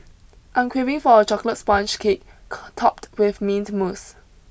I am craving for a chocolate sponge cake topped with mint mousse